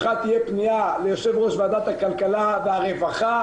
ממך תהיה פנייה ליושב ראש ועדת הכלכלה והרווחה,